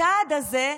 הצעד הזה,